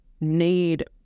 need